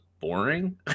boring